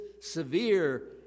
severe